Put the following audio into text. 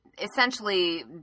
essentially